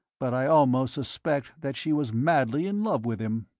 but i almost suspect that she was madly in love with him.